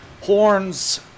Horns